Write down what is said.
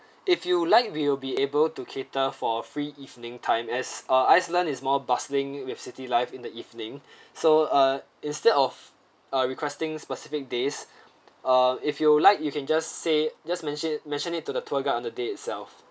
if you'd liked we'll be able to cater for free evening time as ah iceland is more bustling with city life in the evening so uh instead of uh requesting specific days uh if you'd like you can just say just mention mentioned it to the tour guide on the day itself